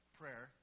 prayer